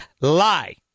lie